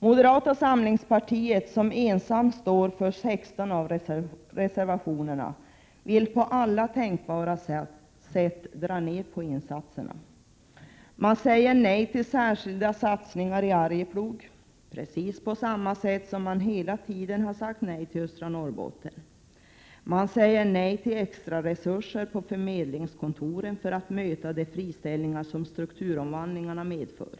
Moderata samlingspartiet, som ensamt står för 16 av reservationerna, vill på alla tänkbara sätt dra ner på insatserna. Man säger nej till särskilda satsningar i Arjeplog, precis på samma sätt som man hela tiden sagt nej till östra Norrbotten. Man säger också nej till extra resurser på förmedlingskontoren för att möta de friställningar som strukturomvandlingarna medför.